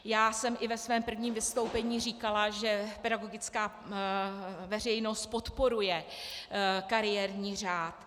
Já jsem i ve svém prvním vystoupení říkala, že pedagogická veřejnost podporuje kariérní řád.